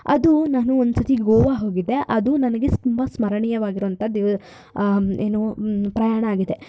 ಅದು ನಾನು ಒಂದ್ಸತಿ ಗೋವಾಗೆ ಹೋಗಿದ್ದೆ ಅದು ನನಗೆ ತುಂಬ ಸ್ಮರಣೀಯವಾಗಿರುವಂತಹ ದಿ ಏನು ಪ್ರಯಾಣ ಆಗಿದೆ